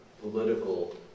political